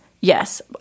yes